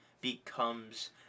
becomes